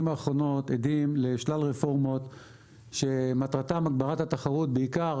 האחרונות עדים לשלל רפורמות שמטרתן הגברת התחרות בעיקר